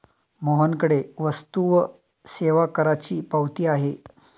मोहनकडे वस्तू व सेवा करची पावती आहे